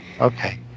Okay